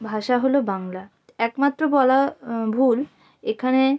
ভাষা হলো বাংলা একমাত্র বলা ভুল এখানে